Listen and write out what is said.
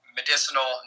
medicinal